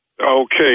Okay